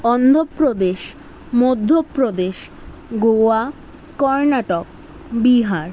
Andhra Pradesh Madhya Pradesh Goa Karnataka Bihar